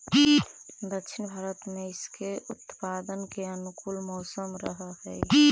दक्षिण भारत में इसके उत्पादन के अनुकूल मौसम रहअ हई